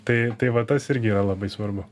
tai tai va tas irgi yra labai svarbu